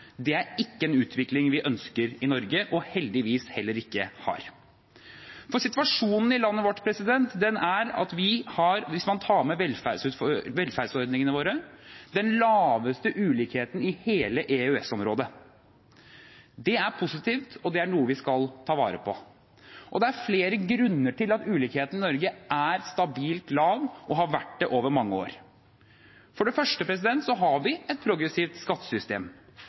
Det er ikke en utvikling vi ønsker i Norge, og heldigvis heller ikke har. Situasjonen i landet vårt er – hvis man tar med velferdsordningene våre – at vi har den laveste ulikheten i hele EØS-området. Det er positivt, og det er noe vi skal ta vare på. Det er flere grunner til at ulikheten i Norge er stabilt lav og har vært det over mange år. For det første har vi et progressivt skattesystem.